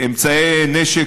באמצעי נשק,